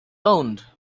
owned